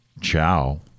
ciao